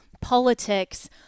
politics